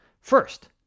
First